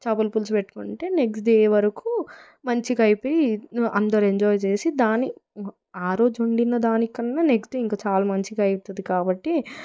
చేపల పులుసు పెట్టుకుంటే నెక్స్ట్ డే వరకు మంచిగా అయిపోయి అందరూ ఎంజాయ్ చేసి దాన్ని ఆరోజు వండిన దాన్ని కన్న నెక్స్ట్ డే ఇంకా చాలా మంచిగా అవుతుంది కాబట్టి